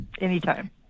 Anytime